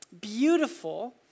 beautiful